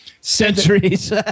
Centuries